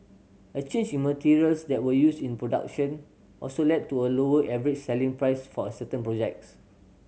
a change in materials that were used in production also led to a lower average selling price for a certain projects